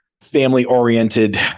family-oriented